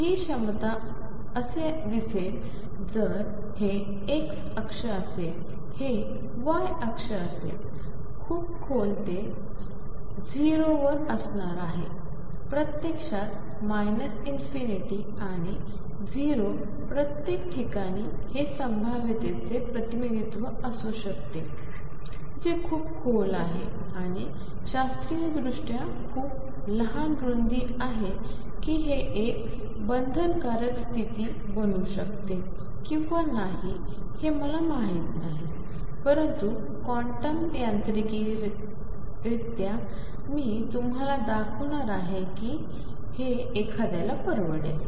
ही क्षमता असे दिसेल जर हे x अक्ष असेल हे y अक्ष असेल खूप खोल ते 0 वरअसणार आहे प्रत्यक्षात ∞ आणि 0 प्रत्येक ठिकाणी हे संभाव्यतेचे प्रतिनिधित्व असू शकते जे खूप खोल आहे आणि शास्त्रीयदृष्ट्या खूप लहान रुंदी आहे की हे एक बंधनकारकस्तिथी बनू शकते किंवा नाही हे मला माहित नाही परंतु क्वांटम यांत्रिकरित्या मी तुम्हाला दाखवणार आहे की हे एखाद्याला परवडेल